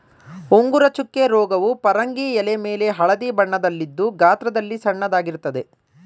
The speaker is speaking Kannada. ಉಂಗುರ ಚುಕ್ಕೆ ರೋಗವು ಪರಂಗಿ ಎಲೆಮೇಲೆ ಹಳದಿ ಬಣ್ಣದಲ್ಲಿದ್ದು ಗಾತ್ರದಲ್ಲಿ ಸಣ್ಣದಾಗಿರ್ತದೆ